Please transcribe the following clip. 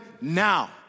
now